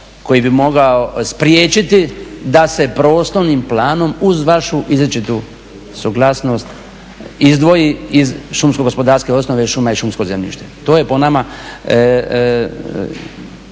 koji bi mogao spriječiti da se prostornim planom uz vašu izričitu suglasnost izdvoji iz šumsko-gospodarske osnove šuma i šumsko zemljište. To je po nama